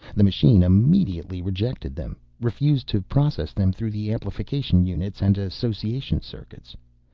the machine immediately rejected them, refused to process them through the amplification units and association circuits.